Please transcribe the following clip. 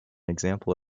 example